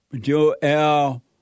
Joel